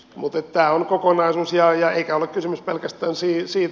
mutta tämä on kokonaisuus eikä ole kysymys pelkästään siitä